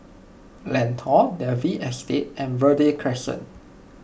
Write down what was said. Lentor Dalvey Estate and Verde Crescent